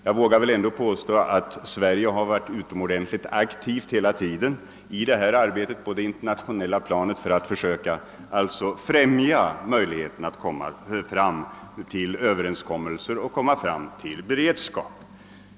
Jag vågar emellertid påstå att Sverige har verkat utomordentligt aktivt hela tiden i arbetet på det internationella planet för att försöka nå fram till överenskommelser om bl.a. denna katastrofberedskap.